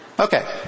Okay